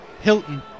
Hilton